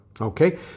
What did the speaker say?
Okay